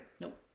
Nope